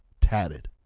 Tatted